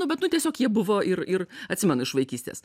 nu bet nu tiesiog jie buvo ir ir atsimenu iš vaikystės